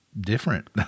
different